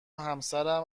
همسرم